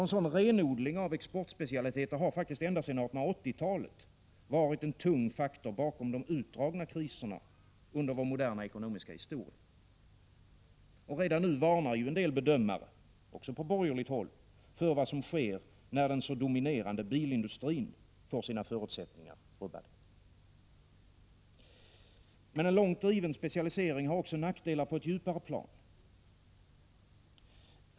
En sådan renodling av exportspecialiteter har nämligen ända sedan 1880-talet faktiskt varit en tung faktor bakom de utdragna kriserna under vår moderna ekonomiska historia. Och redan nu varnar en del bedömare, också på borgerligt håll, för vad som sker när den så dominerande bilindustrin får sina förutsättningar rubbade. Men en långt driven specialisering har också nackdelar på ett djupare plan.